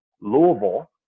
Louisville